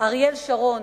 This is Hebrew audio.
אריאל שרון,